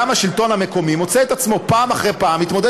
גם השלטון המקומי מוצא את עצמו פעם אחרי פעם מתמודד